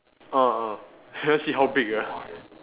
ah ah never see how big ah